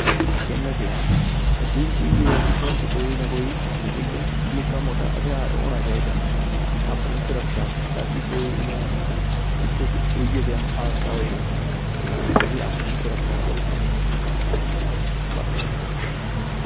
पिच्छें नस्सी जान ते दूई चीज़ एह् ऐ कि थुआढ़े कश कोई ना कोई इक निक्का मुट्टा इक हथेआर होना चाहिदा अपनी सुरक्षा आस्तै ता कि कोई इ'यां कुछ उयै देआ हादसा होएआ ताे तुसी अपनी सुरक्षा करी सको ते बा